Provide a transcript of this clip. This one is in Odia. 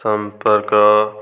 ଚମ୍ପକ